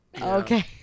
Okay